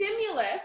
stimulus